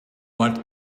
what